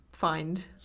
find